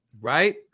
right